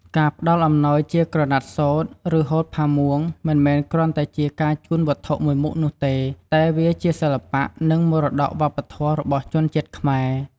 ការផ្តល់អំណោយជាក្រណាត់សូត្រ ឬហូលផាមួង មិនមែនគ្រាន់តែជាការជូនវត្ថុមួយមុខនោះទេ តែវាជាសិល្បៈ និងមរតកវប្បធម៌របស់ជនជាតិខ្មែរ។។